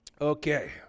Okay